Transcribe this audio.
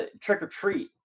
trick-or-treat